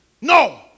no